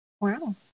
Wow